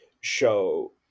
show